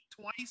twice